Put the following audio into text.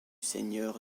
seigneur